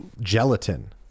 gelatin